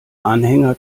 anhänger